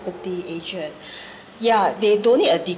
property agent yeah they don't need a